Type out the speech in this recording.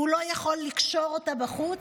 הוא לא יכול לקשור אותה בחוץ,